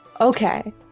Okay